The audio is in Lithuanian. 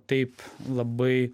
taip labai